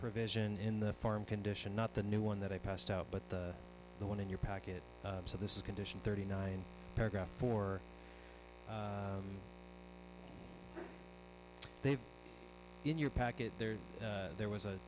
provision in the farm condition not the new one that i passed out but the one in your packet so this is condition thirty nine paragraph four they've in your packet there there was